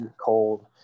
cold